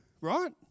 right